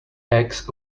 eggs